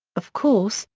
of course,